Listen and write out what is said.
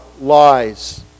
lies